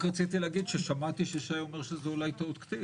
רק רציתי להגיד ששמעתי ששי אומר שזה אולי טעות כתיב.